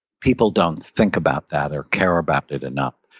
people don't think about that or care about it enough.